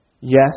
Yes